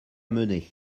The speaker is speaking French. mener